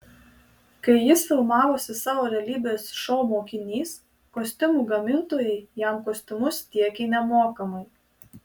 kai jis filmavosi savo realybės šou mokinys kostiumų gamintojai jam kostiumus tiekė nemokamai